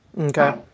Okay